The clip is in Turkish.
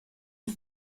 yüz